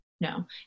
no